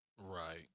Right